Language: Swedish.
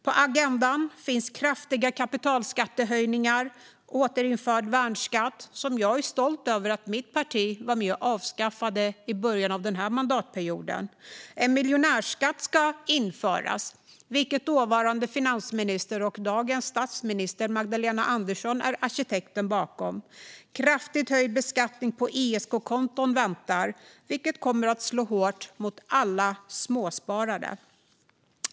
På agendan finns kraftiga kapitalskattehöjningar och återinförd värnskatt, som jag är stolt över att mitt parti var med och avskaffade i början av den här mandatperioden. En miljonärsskatt ska införas, vilket dåvarande finansministern - och dagens statsminister - Magdalena Andersson är arkitekten bakom. Kraftigt höjd beskattning på ISK-konton väntar, vilket kommer att slå hårt mot alla småsparare.